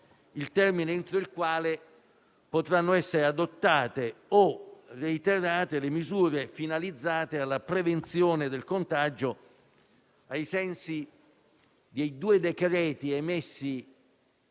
il termine entro il quale potranno essere adottate o reiterate le misure finalizzate alla prevenzione del contagio ai sensi dei due decreti emessi